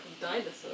dinosaurs